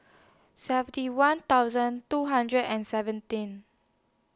Safety one thousand two hundred and seventeen